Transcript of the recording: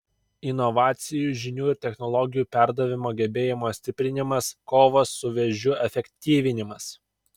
inovacijų žinių ir technologijų perdavimo gebėjimo stiprinimas kovos su vėžiu efektyvinimas